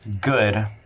good